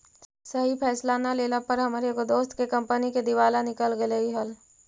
सही फैसला न लेला पर हमर एगो दोस्त के कंपनी के दिवाला निकल गेलई हल